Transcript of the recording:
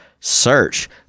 Search